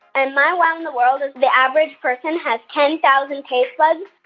and my wow in the world is the average person has ten thousand taste buds,